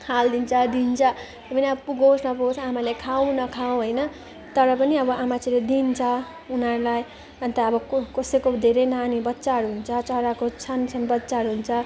हालिदिन्छ दिन्छ त्यो पनि अब पुगोस् नपुगोस् आमाले खाउँ नखाउँ होइन तर पनि अब आमा चाहिँले दिन्छ उनीहरूलाई अन्त अब को कोसैको धेरै नानी बच्चाहरू हुन्छ चराको क्षण सानोसानो बच्चाहरू हुन्छ